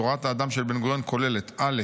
תורת האדם של בן-גוריון כוללת: א.